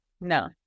No